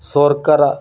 ᱥᱚᱨᱠᱟᱨᱟᱜ